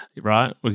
right